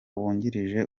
wungirije